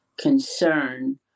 concern